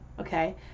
okay